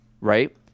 Right